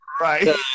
Right